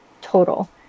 total